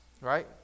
right